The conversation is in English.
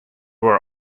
were